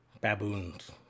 Baboons